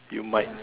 you might